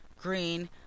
green